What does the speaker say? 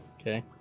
okay